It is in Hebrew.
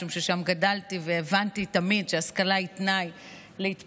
משום ששם גדלתי והבנתי תמיד שהשכלה היא תנאי להתפתחות.